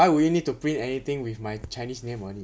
why would you need to print anything with my chinese name on it